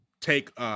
take –